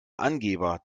angeber